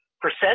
percent